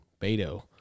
Beto